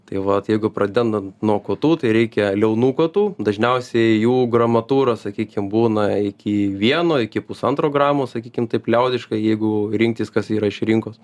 tai vat jeigu pradendant nuo kotų tai reikia liaunų kotų dažniausiai jų gramatūros sakykim būna iki vieno iki pusantro gramo sakykim taip liaudiškai jeigu rinktis kas yra iš rinkos